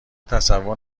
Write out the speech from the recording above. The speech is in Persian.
تصور